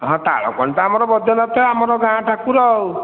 ହଁ ତାଳପଣି ତ ଆମର ବୈଦ୍ୟନାଥ ଆମର ଗାଁ ଠାକୁର